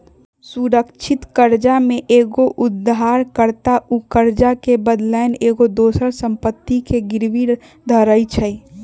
सुरक्षित करजा में एक उद्धार कर्ता उ करजा के बदलैन एगो दोसर संपत्ति के गिरवी धरइ छइ